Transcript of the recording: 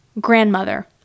grandmother